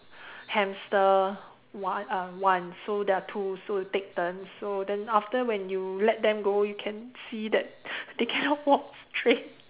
hamster one uh once so there are two so take turns so then after when you let them go you can see that they cannot walk straight